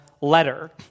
letter